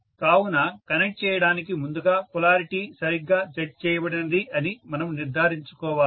కావున కనెక్ట్ చేయడానికి ముందుగా పొలారిటీ సరిగ్గా చెక్ చేయబడినది అని మనము నిర్ధారించుకోవాలి